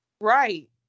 Right